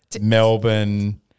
Melbourne